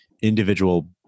individual